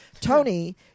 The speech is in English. Tony